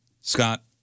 Scott